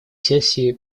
сессии